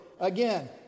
again